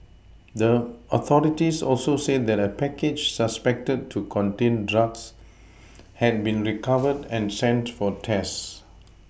the authorities also said that a package suspected to contain drugs had been recovered and sent for tests